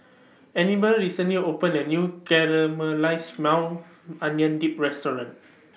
Anibal recently opened A New Caramelized Maui Onion Dip Restaurant